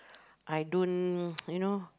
I don't you know